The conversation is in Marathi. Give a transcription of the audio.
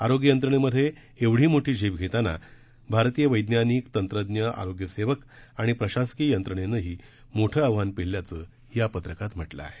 आरोग्य यंत्रणेमधे एवढी मोठी झेप घेताना भारतीय वैज्ञानिक तंत्रज्ञ आरोग्य सेवक आणि प्रशासकीय यंत्रणेनंही मोठं आव्हान पेलल्याचं या पत्रकात म्हटलं आहे